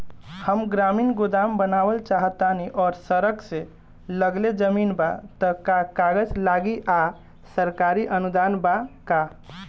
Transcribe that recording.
हम ग्रामीण गोदाम बनावल चाहतानी और सड़क से लगले जमीन बा त का कागज लागी आ सरकारी अनुदान बा का?